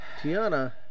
Tiana